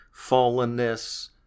fallenness